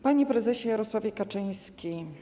Panie Prezesie Jarosławie Kaczyński!